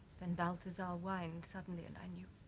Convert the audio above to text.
when balthasar whined suddenly and i knew